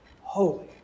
Holy